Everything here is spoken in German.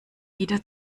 wieder